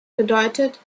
bedeutet